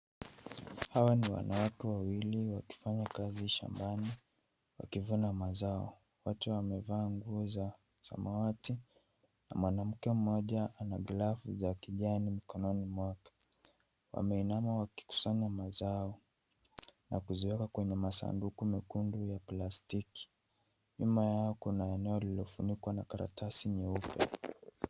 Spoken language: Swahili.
Hawa ni wanawake wawili wakifanya kazi shambani wakivuna mazao. Wote wamevaa nguo za samawati na mwanamke mmoja ana glavu za kijani mikononi mwake. Wameinama wakikusanya mazao na kuziweka kwenye masanduku mekundu ya plastiki. Nyuma yao kuna eneo lililofunikwa na karatasi nyeupe.